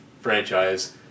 franchise